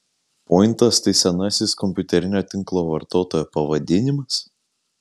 pointas tai senasis kompiuterinio tinklo vartotojo pavadinimas